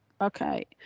Okay